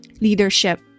leadership